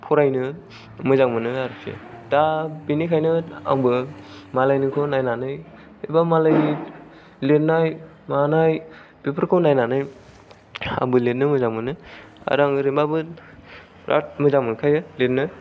फरायनो मोजां मोनो आरोखि दा बेनिखायनो आंबो मालायनिखौ नायनानै एबा मालायनि लिरनाय मानाय बेफोरखौ नायनानै आंबो लिरनो मोजां मोनो आरो आं ओरैनोबाबो बिराद मोजां मोनखायो लिरनो